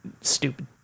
stupid